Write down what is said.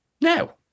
Now